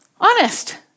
Honest